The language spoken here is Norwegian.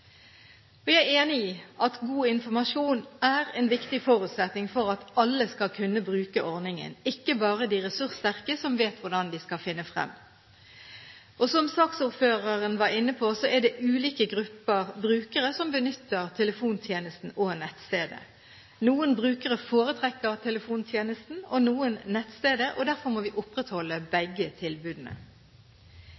Jeg er enig i at god informasjon er en viktig forutsetning for at alle skal kunne bruke ordningen – ikke bare de ressurssterke som vet hvordan de skal finne frem. Som saksordføreren var inne på, er det ulike grupper av brukere som benytter telefontjenesten og nettstedet. Noen brukere foretrekker telefontjenesten og noen foretrekker nettstedet, og derfor må vi opprettholde